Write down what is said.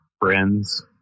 friends